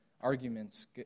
arguments